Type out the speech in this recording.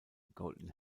golden